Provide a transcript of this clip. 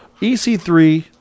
EC3